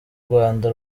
rwanda